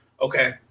Okay